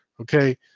Okay